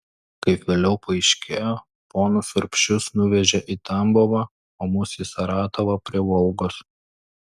kaip vėliau paaiškėjo ponus urbšius nuvežė į tambovą o mus į saratovą prie volgos